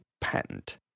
patent